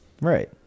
Right